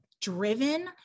driven